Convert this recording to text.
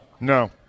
No